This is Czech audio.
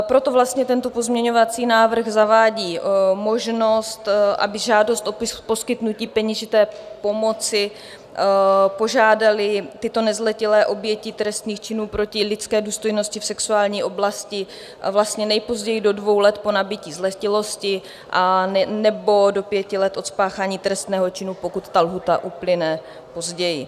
Proto tento pozměňovací návrh zavádí možnost, aby žádost o poskytnutí peněžité pomoci požádaly tyto nezletilé oběti trestných činů proti lidské důstojnosti v sexuální oblasti nejpozději do dvou let po nabytí zletilosti nebo do pěti let od spáchání trestného činu, pokud ta lhůta uplyne později.